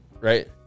right